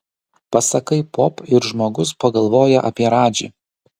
pasakai pop ir žmogus pagalvoja apie radžį